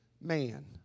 man